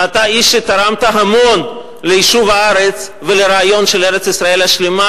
ואתה איש שתרם המון ליישוב הארץ ולרעיון של ארץ-ישראל השלמה,